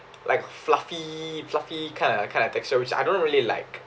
like fluffy fluffy kind of kind of texture which I don't really like